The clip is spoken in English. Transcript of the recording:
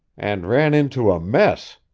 and ran into a mess,